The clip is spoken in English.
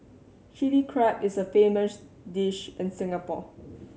Chilli Crab is a famous dish in Singapore